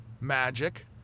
magic